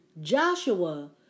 Joshua